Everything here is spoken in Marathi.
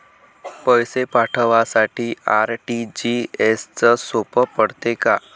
पैसे पाठवासाठी आर.टी.जी.एसचं सोप पडते का?